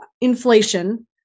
inflation